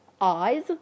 eyes